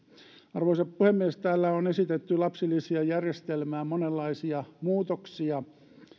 arvoisa puhemies täällä on esitetty lapsilisäjärjestelmään monenlaisia muutoksia